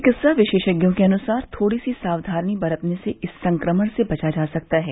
चिकित्सा विशेषज्ञों के अनुसार थोड़ी सी सावधानी बरतने से इस संक्रमण से बचा जा सकता है